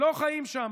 לא חיים שם.